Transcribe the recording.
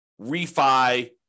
refi